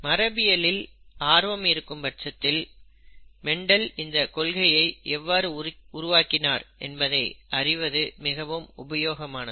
மரபியலில் ஆர்வம் இருக்கும் பட்சத்தில் மெண்டல் இந்தக் கொள்கையை எவ்வாறு உருவாக்கினார் என்பதை அறிவது மிகவும் உபயோகமானது